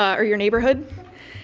ah or your neighborhood.